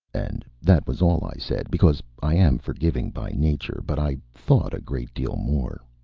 and that was all i said, because i am forgiving by nature but i thought a great deal more.